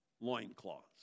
loincloths